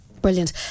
Brilliant